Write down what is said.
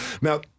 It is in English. Now